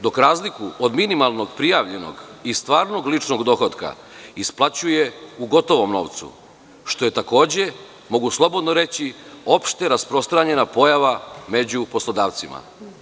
Dok razliku od minimalnog prijavljenog i stvarnog ličnog dohotka isplaćuje u gotovom novcu, što je, mogu slobodno reći, opšte rasprostranjena pojava među poslodavcima.